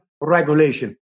regulation